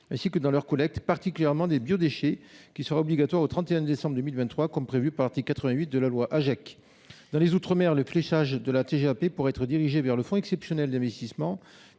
traitement des déchets, particulièrement des biodéchets, collecte qui sera obligatoire à compter du 31 décembre 2023, comme prévu par l’article 88 de la loi Agec. Dans les outre mer, le fléchage de la TGAP pourrait être dirigé vers le fonds exceptionnel d’investissement.